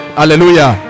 hallelujah